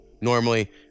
normally